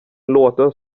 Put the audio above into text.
låter